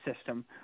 system